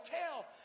tell